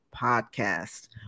podcast